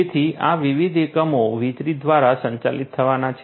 તેથી આ વિવિધ એકમો વીજળી દ્વારા સંચાલિત થવાના છે